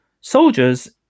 soldiers